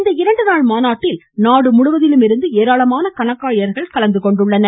இந்த இரண்டு நாள் மாநாட்டில் நாடுமுழுவதிலும் இருந்து ஏராளமான கணக்காயர்கள் கலந்துகொண்டுள்ளனர்